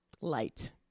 light